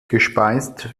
gespeist